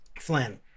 flynn